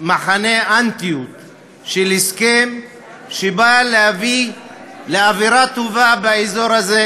מחנה אנטי הסכם שבא להביא לאווירה טובה באזור הזה.